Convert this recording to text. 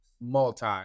multi